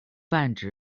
泛指